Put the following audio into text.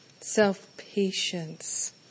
self-patience